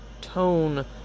tone